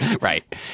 Right